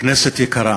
לכנסת ישראל